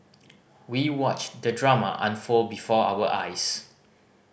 we watched the drama unfold before our eyes